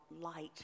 light